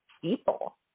people